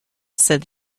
said